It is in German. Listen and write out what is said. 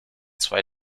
zwei